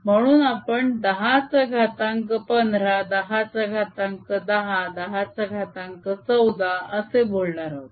म्हणून आपण दहा चा घातांक पंधरा दहा चा घातांक दहा दहा चा घातांक चौदा असे बोलणार आहोत